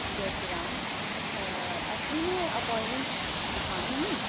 जै श्री राम ऐक्चुअली में अपोआइंटमेंट लखानी ही